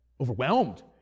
overwhelmed